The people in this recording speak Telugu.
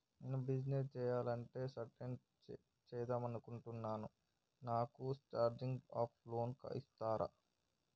నేను బిజినెస్ స్టార్ట్ చేద్దామనుకుంటున్నాను నాకు స్టార్టింగ్ అప్ లోన్ ఇస్తారా?